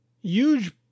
Huge